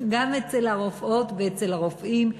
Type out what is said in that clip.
גם אצל הרופאות ואצל הרופאים,